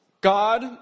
God